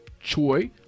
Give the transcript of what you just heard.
Choi